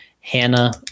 Hannah